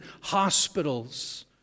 hospitals